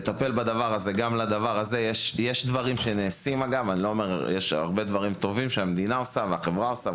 אז גם לדבר הזה יש דברים שאפשר לעשות,